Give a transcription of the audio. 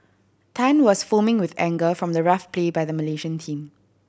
Tan was foaming with anger from the rough play by the Malaysian team